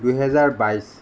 দুহেজাৰ বাইছ